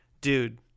dude